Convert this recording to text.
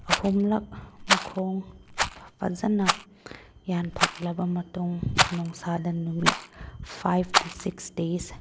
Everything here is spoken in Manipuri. ꯑꯍꯨꯝꯂꯛ ꯃꯈꯣꯡ ꯐꯖꯅ ꯌꯥꯟꯊꯣꯛꯂꯕ ꯃꯇꯨꯡ ꯅꯨꯡꯁꯥꯗ ꯅꯨꯃꯤꯠ ꯐꯥꯏꯚ ꯇꯨ ꯁꯤꯛꯁ ꯗꯦꯁ